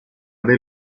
dei